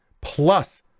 Plus